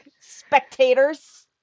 spectators